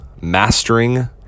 Mastering